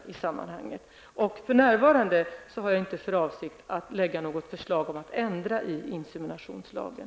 För närvarande har jag inte för avsikt att lägga fram något förslag om ändringar i inseminationslagen.